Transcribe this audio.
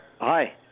Hi